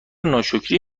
ناشکری